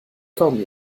kaum